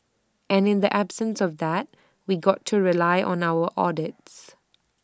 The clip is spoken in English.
and in the absence of that we've got to rely on our audits